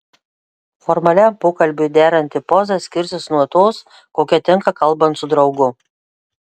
formaliam pokalbiui deranti poza skirsis nuo tos kokia tinka kalbant su draugu